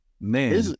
man